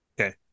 Okay